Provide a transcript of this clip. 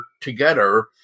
together